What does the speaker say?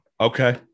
okay